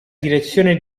direzione